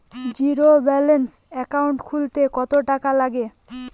Zero balance account খুলতে কত টাকা লাগে?